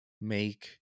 make